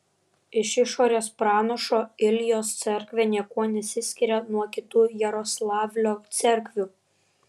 iš išorės pranašo iljos cerkvė niekuo nesiskiria nuo kitų jaroslavlio cerkvių